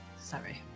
Sorry